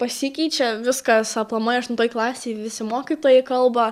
pasikeičia viskas aplamai aštuntoj klasėj visi mokytojai kalba